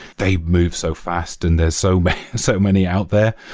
they move so fast and there's so so many out there.